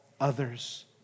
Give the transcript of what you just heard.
others